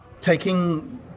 taking